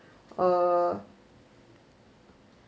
uh